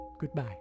Goodbye